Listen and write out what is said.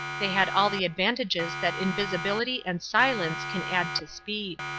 they had all the advantages that invisibility and silence can add to speed.